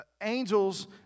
angels